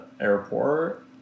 airport